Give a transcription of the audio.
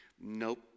Nope